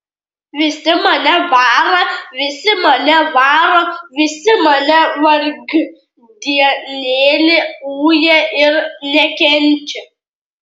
visi mane bara visi mane varo visi mane vargdienėlį uja ir nekenčia